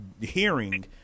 hearing